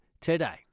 today